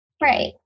right